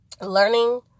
learning